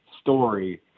story